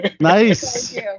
Nice